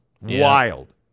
Wild